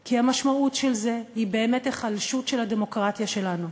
כי המשמעות של זה היא באמת היחלשות של הדמוקרטיה שלנו,